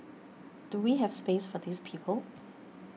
do we have space for these people